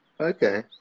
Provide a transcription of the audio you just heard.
okay